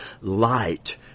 light